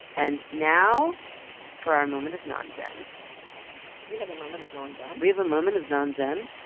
and now for our moment of nonzen we have a moment of nonzen? we have a moment of nonzen?